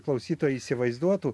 klausytojai įsivaizduotų